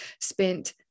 spent